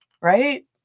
right